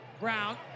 Brown